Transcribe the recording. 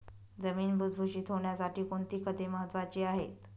जमीन भुसभुशीत होण्यासाठी कोणती खते महत्वाची आहेत?